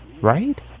right